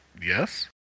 Yes